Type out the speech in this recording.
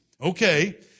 Okay